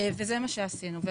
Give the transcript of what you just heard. וזה מה שעשינו.